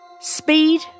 Speed